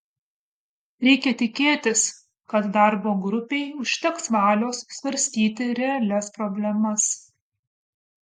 reikia tikėtis kad darbo grupei užteks valios svarstyti realias problemas